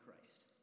Christ